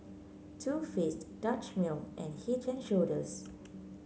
Too Faced Dutch Mill and Head And Shoulders